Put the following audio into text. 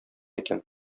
икән